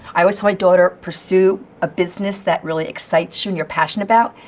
i always tell my daughter, pursue a business that really excites you and you're passionate about,